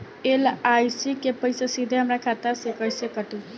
LIC के पईसा सीधे हमरा खाता से कइसे कटी?